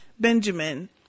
Benjamin